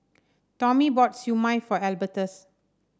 Tommie bought Siew Mai for Albertus